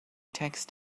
text